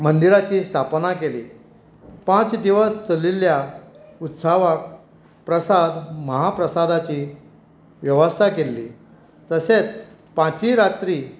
मंदिराची स्थापना केली पांच दिवस चलिल्ल्या उत्सवाक प्रसाद महाप्रसादाची वेवस्था केल्ली तशेंच पांचय रात्री